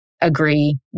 agree